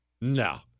No